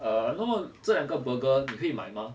err 那么这两个 burger 你可以买吗